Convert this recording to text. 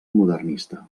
modernista